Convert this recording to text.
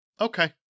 Okay